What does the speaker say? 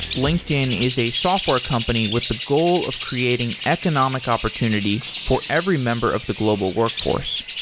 linkedin is a software company with the goal of creating economic opportunity for every member of the global workforce.